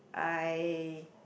I